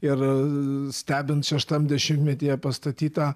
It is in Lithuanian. ir stebint šeštam dešimtmetyje pastatytą